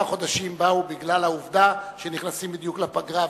ארבעה חודשים באו בגלל העובדה שנכנסים בדיוק לפגרה.